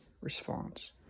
response